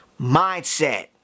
Mindset